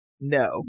No